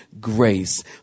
grace